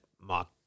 Mark